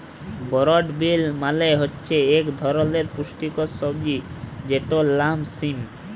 বরড বিল মালে হছে ইক ধরলের পুস্টিকর সবজি যেটর লাম সিম